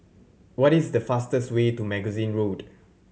what is the fastest way to Magazine Road